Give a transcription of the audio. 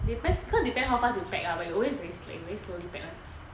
depends cause depends how fast you pack lah but he always very slack very slowly pack [one]